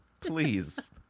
please